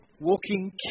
walking